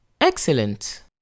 Excellent